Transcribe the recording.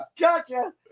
Gotcha